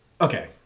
Okay